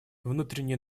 внутренние